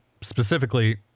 Specifically